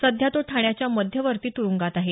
सध्या तो ठाण्याच्या मध्यवर्ती तुरुंगात आहे